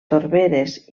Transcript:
torberes